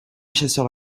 chasseurs